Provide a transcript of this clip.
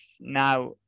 now